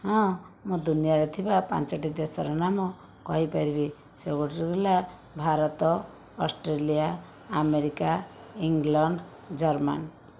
ହଁ ମୁଁ ଦୁନିଆରେ ଥିବା ପାଞ୍ଚଟି ଦେଶର ନାମ କହିପାରିବି ସେ ହେଲା Bharat Australia America England German